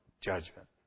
judgment